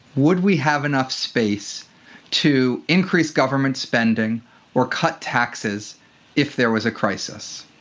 would we have enough space to increase government spending or cut taxes if there was a crisis?